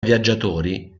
viaggiatori